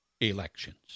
elections